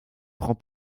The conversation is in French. prend